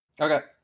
Okay